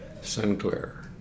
Sinclair